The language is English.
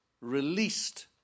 released